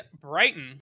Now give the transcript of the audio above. Brighton